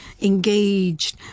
engaged